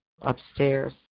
upstairs